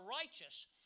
righteous